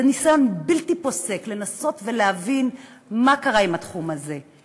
זה ניסיון בלתי פוסק לנסות ולהבין מה קרה עם התחום הזה,